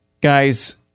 Guys